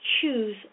choose